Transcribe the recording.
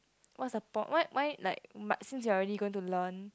what's the pro~ why why like but since you are already going to learn